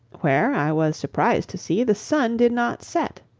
where i was surprised to see the sun did not set.